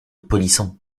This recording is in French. polisson